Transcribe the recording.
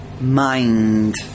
Mind